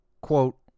Quote